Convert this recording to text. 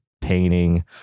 painting